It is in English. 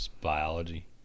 biology